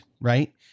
right